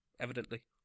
evidently